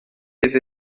des